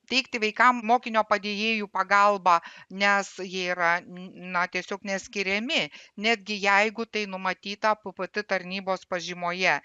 teikti vaikam mokinio padėjėjų pagalbą nes jie yra na tiesiog neskiriami netgi jeigu tai numatyta ppt tarnybos pažymoje